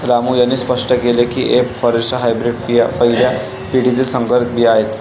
रामू यांनी स्पष्ट केले की एफ फॉरेस्ट हायब्रीड बिया पहिल्या पिढीतील संकरित बिया आहेत